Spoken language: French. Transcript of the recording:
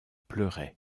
pleurait